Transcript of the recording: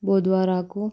బుద్వారా ఆకు